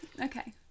okay